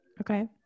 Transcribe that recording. Okay